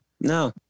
No